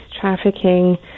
trafficking